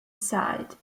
side